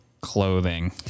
clothing